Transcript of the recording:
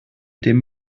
dem